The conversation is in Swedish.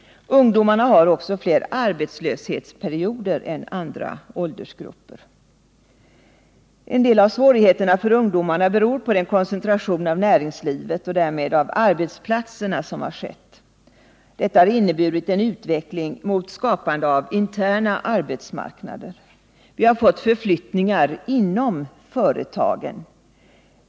Ungdomarna har också flera arbetslöshetsperioder än andra åldersgrupper. En del av svårigheterna för ungdomarna beror på den koncentration av näringslivet och därmed av arbetsplatserna som skett. Detta har inneburit en utveckling mot skapande av interna arbetsmarknader. Vi har fått förflyttningar inom företagen.